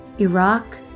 Iraq